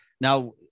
Now